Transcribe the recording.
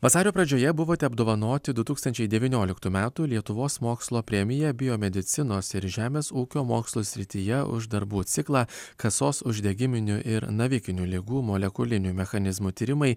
vasario pradžioje buvote apdovanoti du tūkstančiai devynioliktų metų lietuvos mokslo premija biomedicinos ir žemės ūkio mokslų srityje už darbų ciklą kasos uždegiminių ir navikinių ligų molekulinių mechanizmų tyrimai